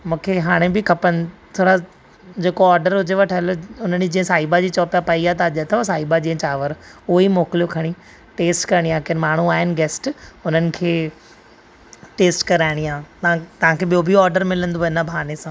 मूंखे हाणे बि खपनि थोरा जेको ऑर्डर हुजे ठहियल उन ॾींहु जे साई भाजी चओ पया पई आहे त अॼु अथव साई भाजी या चांवर उहेई मोकिलो खणी टेस्ट करिणी आहे के माण्हू आहिनि गैस्ट उन्हनि खे टेस्ट कराईणी आहे ऐं तव्हांखे ॿियो बि ऑडर मिलिंदो हिन बहाने सां